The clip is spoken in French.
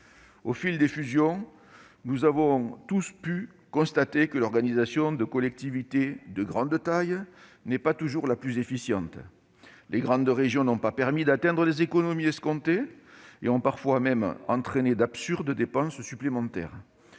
Au fil des fusions, nous avons tous pu constater que la mise en place de collectivités de grande taille ne permettait pas toujours l'organisation la plus efficiente. Les grandes régions n'ont pas permis d'atteindre les économies escomptées et ont parfois même entraîné d'absurdes dépenses supplémentaires.